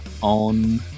on